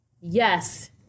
yes